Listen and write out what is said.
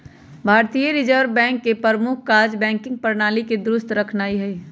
भारतीय reserve bank के प्रमुख काज़ बैंकिंग प्रणाली के दुरुस्त रखनाइ हइ